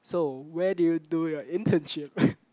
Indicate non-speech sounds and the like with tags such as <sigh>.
so where did you do your internship <laughs>